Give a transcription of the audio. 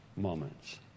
moments